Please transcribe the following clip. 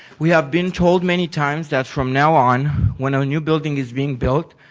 we have been told many times that from now on, when our new building is being built,